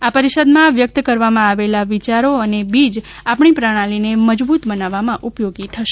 આ પરિષદમાં વ્યકત કરવામાં આવેલા વિયારો અને બીજ આપણી પ્રણાલીને મજબૂત બનાવવામાં ઉપયોગી થશે